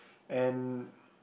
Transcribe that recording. and